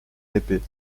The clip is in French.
épée